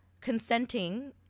consenting